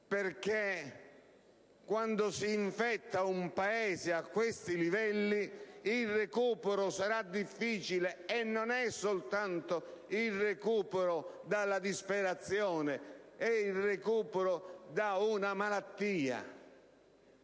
perché quando si infetta un Paese a certi livelli il recupero diventa difficile. E non è soltanto il recupero dalla disperazione: è il recupero da una malattia.